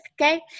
okay